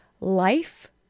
life